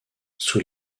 sous